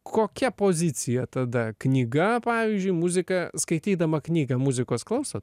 kokia pozicija tada knyga pavyzdžiui muzika skaitydama knygą muzikos klausot